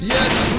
Yes